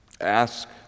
ask